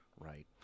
Right